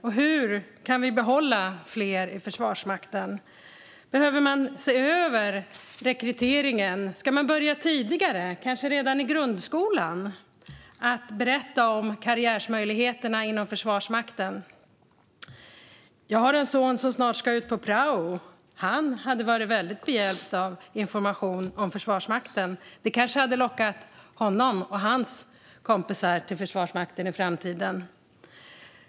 Och hur kan vi behålla fler inom Försvarsmakten? Behöver man se över rekryteringen? Ska man börja tidigare, kanske redan i grundskolan, att berätta om karriärmöjligheterna inom Försvarsmakten? Jag har en son som snart ska ut på prao. Han hade varit väldigt behjälpt av information om Försvarsmakten. Det kanske hade lockat honom och hans kompisar till Försvarsmakten i framtiden.